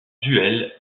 duel